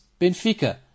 Benfica